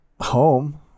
home